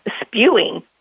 spewing